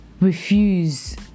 refuse